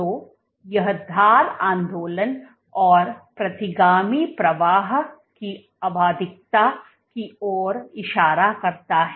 तो यह धार आंदोलन और प्रतिगामी प्रवाह की आवधिकता की ओर इशारा करता है